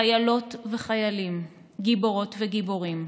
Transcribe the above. חיילות וחיילים, גיבורות וגיבורים,